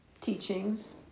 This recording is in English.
teachings